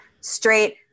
straight